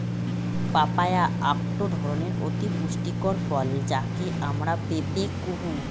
papaya আকটো ধরণের অতি পুষ্টিকর ফল যাকে আমরা পেঁপে কুহ